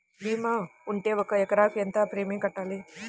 భీమా ఉంటే ఒక ఎకరాకు ఎంత ప్రీమియం కట్టాలి?